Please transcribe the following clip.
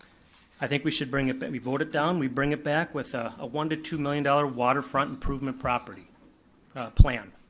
i think we should bring it, but we vote it down, we bring it back with a one to two million dollars waterfront improvement property plan.